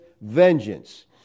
vengeance